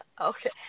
Okay